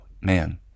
man